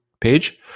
page